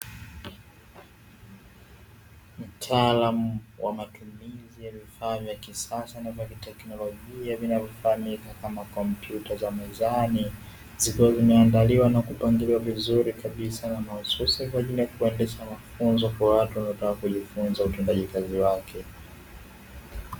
Mtaalamu wa matumizi ya vifaa vya kisasa na vya kiteknolojia vinavyofahamika kama kompyuta za mezani zikiwa zimeandaliwa na kupangiliwa vizuri kabisa, na mahususi kwa ajili ya kuendesha mafunzo kwa watu wanaotaka kujifunza utendaji kazi wake.